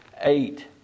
eight